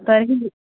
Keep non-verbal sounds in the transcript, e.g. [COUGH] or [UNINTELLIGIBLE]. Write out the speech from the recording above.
[UNINTELLIGIBLE]